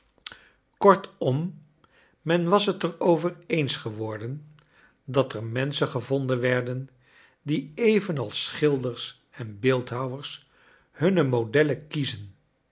kortom men was t er over eens geworden dat er menschen gevonden werden die evenals schilders en beeldhouwers hunne modellen kiezen